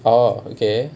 oh okay